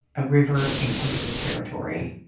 a river in isis territory.